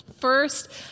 First